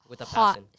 hot